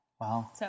Wow